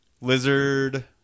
Lizard